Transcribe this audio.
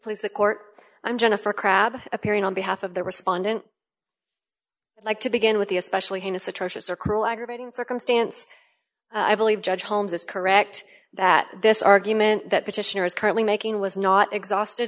please the court i'm jennifer crabb appearing on behalf of the respondent like to begin with the especially heinous atrocious or cruel aggravating circumstance i believe judge holmes is correct that this argument that petitioner is currently making was not exhausted